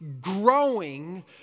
growing